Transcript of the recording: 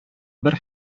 бер